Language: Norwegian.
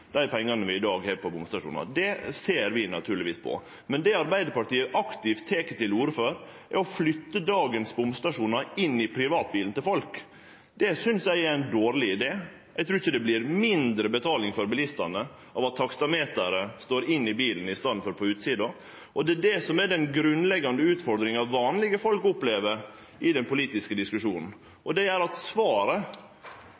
dei pengane vi i dag betaler i bomstasjonane, ser vi naturlegvis på. Men det Arbeidarpartiet aktivt tek til orde for, er å flytte dagens bomstasjonar inn i privatbilen til folk. Det synest eg er ein dårleg idé. Eg trur ikkje det blir mindre betaling for bilistane av at taksameteret står inne i bilen i staden for på utsida, og det er det som er den grunnleggjande utfordringa vanlege folk opplever i den politiske diskusjonen.